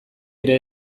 ere